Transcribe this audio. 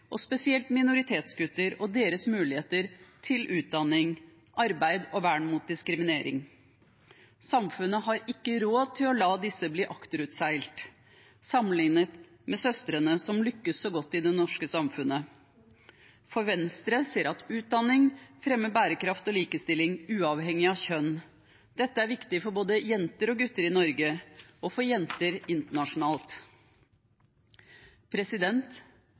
spesielt minoritetsgutter og deres muligheter til utdanning, arbeid og vern mot diskriminering. Samfunnet har ikke råd til å la disse bli akterutseilt sammenlignet med søstrene, som lykkes så godt i det norske samfunnet. Venstre ser at utdanning fremmer bærekraft og likestilling uavhengig av kjønn. Dette er viktig for både jenter og gutter i Norge, og for jenter internasjonalt.